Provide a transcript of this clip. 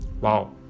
Wow